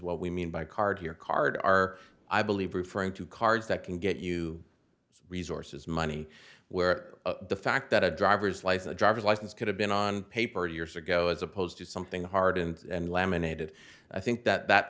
what we mean by card here card are i believe referring to cards that can get you resources money where the fact that a driver's license driver's license could have been on paper years ago as opposed to something hard and laminated i think that that